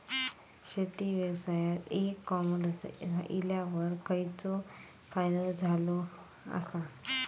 शेती व्यवसायात e commerce इल्यावर खयचो फायदो झालो आसा?